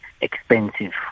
expensive